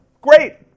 great